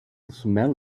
smell